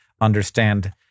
understand